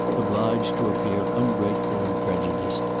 obliged to appear ungrateful and prejudiced,